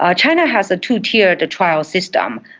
um china has a two-tiered trial system.